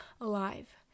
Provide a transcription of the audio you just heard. alive